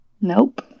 Nope